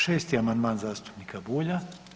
6. amandman zastupnika Bulja.